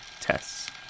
tests